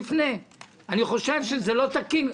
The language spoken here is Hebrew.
אני חושב שהדבר הזה לא תקין.